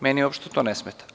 Meni uopšte to ne smeta.